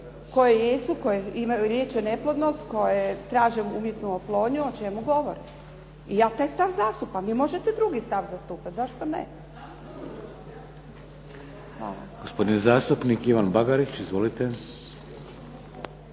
koje jesu, koje imaju, liječe neplodnost, koje traže umjetnu oplodnju, o čemu govori. I ja taj stav zastupam. Vi možete drugi stav zastupati, zašto ne. **Šeks, Vladimir (HDZ)** Gospodin zastupnik Ivan Bagarić. Izvolite.